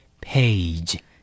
Page